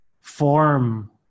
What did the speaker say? form